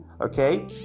okay